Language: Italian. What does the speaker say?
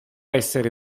essere